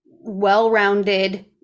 well-rounded